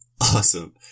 Awesome